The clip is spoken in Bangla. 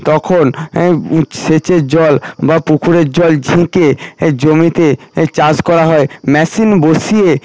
তখন সেচের জল বা পুকুরের জল ছেঁকে এ জমিতে এ চাষ করা হয় মেশিন বসিয়ে